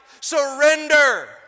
Surrender